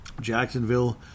Jacksonville